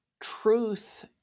truth